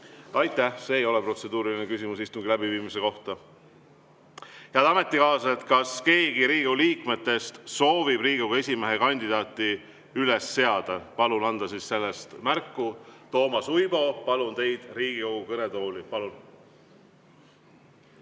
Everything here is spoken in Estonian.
Aitäh! See ei ole protseduuriline küsimus istungi läbiviimise kohta. Head ametikaaslased, kas keegi Riigikogu liikmetest soovib Riigikogu esimehe kandidaati üles seada? Palun anda siis sellest märku. Toomas Uibo, palun teid Riigikogu kõnetooli. Palun!